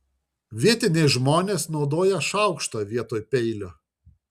vietiniai žmonės naudoja šaukštą vietoj peilio